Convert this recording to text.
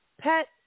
pet